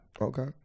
Okay